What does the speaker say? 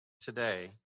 Today